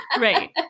right